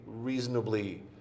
reasonably